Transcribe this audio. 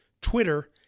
Twitter